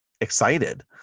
excited